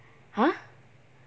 !huh!